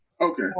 Okay